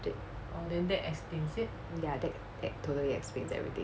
对 ya that that totally explains everything